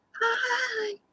Hi